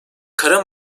kara